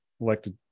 elected